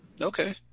okay